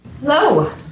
Hello